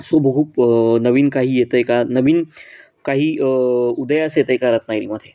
so बघू नवीन काही येत आहे का नवीन काही उदयास येत आहे का रत्नागिरीमध्ये